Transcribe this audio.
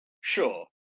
Sure